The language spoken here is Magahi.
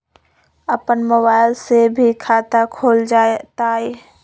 अपन मोबाइल से भी खाता खोल जताईं?